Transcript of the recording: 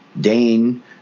Dane